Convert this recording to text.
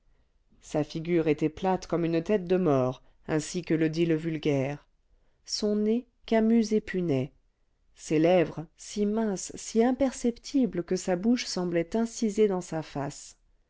sa figure était plate comme une tête de mort ainsi que le dit le vulgaire son nez camus et punais ses lèvres si minces si imperceptibles que sa bouche semblait incisée dans sa face